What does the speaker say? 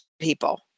people